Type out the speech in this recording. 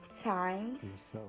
times